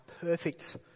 perfect